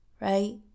right